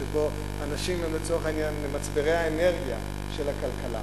שבו אנשים הם לצורך העניין מצברי האנרגיה של הכלכלה.